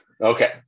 Okay